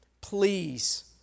please